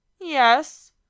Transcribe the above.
Yes